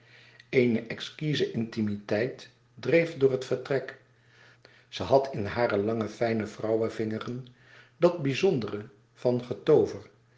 eene exquize intimiteit dreef door het vertrek ze had in hare louis couperus extaze een boek van geluk lange fijne vrouwenvingeren dat bizondere van